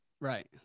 right